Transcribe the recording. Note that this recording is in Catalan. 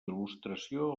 il·lustració